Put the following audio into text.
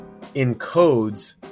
encodes